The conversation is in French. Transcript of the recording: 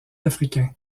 africain